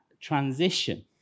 transition